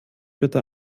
bitte